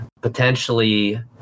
Potentially